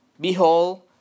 Behold